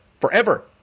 Forever